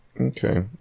Okay